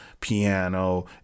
piano